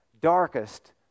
darkest